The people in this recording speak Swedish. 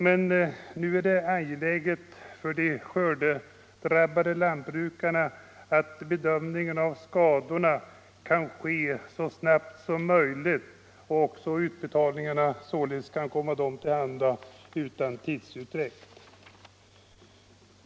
Men nu är det angeläget för de skördeskadedrabbade lantbrukarna att bedömningen av skadorna kan ske så snabbt som möjligt och att skördeskadeersättningen kan komma dem till handa utan tidsutdräkt.